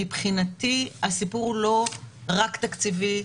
מבחינתי הסיפור הוא לא רק תקציבי,